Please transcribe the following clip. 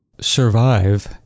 survive